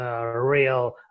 real